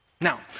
Now